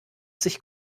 sich